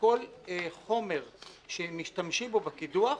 וכל חומר שמשתמשים בו בקידוח,